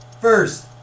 First